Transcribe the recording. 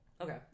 Okay